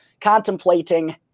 contemplating